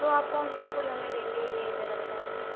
तो आप कौन से फूल हमें देंगे ये ज़रा बताइए